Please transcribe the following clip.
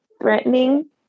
threatening